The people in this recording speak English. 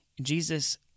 Jesus